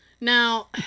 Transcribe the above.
Now